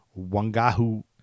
Wangahu